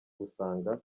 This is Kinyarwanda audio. gusanga